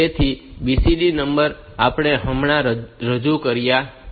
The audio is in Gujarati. તેથી BCD નંબર આપણે હમણાં જ રજૂ કર્યો છે